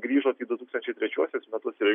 grįžot į du tūkstančiai trečiuosius metus ir